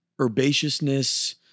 herbaceousness